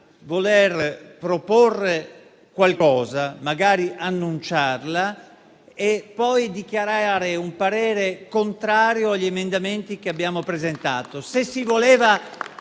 voler proporre qualcosa, magari annunciarla e poi esprimere un parere contrario sugli emendamenti che abbiamo presentato.